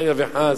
חלילה וחס,